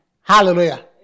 Hallelujah